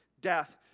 death